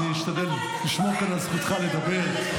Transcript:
אני אשתדל לשמור כאן על זכותך לדבר.